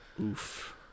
Oof